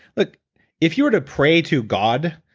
but if you were to pray to god,